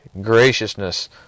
graciousness